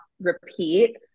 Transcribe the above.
repeat